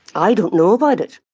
i don't know about it.